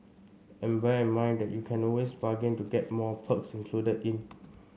and bear in mind that you can always bargain to get more perks included in